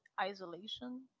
isolation